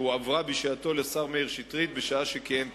שהועברה בשעתו לשר מאיר שטרית, בשעה שכיהן כשר.